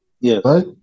Yes